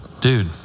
Dude